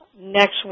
next